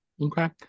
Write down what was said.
okay